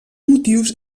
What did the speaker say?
motius